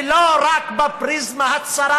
ולא רק בפריזמה הצרה,